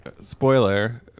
spoiler